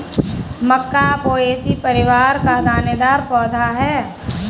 मक्का Poaceae परिवार का दानेदार पौधा है